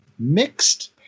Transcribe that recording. mixed